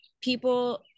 people